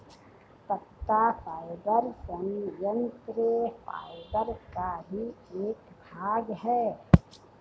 पत्ता फाइबर संयंत्र फाइबर का ही एक भाग है